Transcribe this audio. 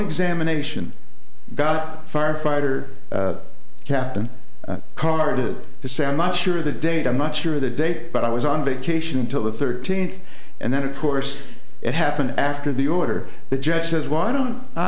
examination got firefighter captain carded to say i'm not sure of the date i much of the day but i was on vacation until the thirteenth and then of course it happened after the order the judge says why don't i